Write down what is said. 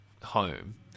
home